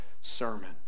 sermon